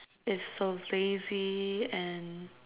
it's so lazy and